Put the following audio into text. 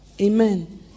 Amen